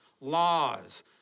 laws